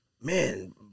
man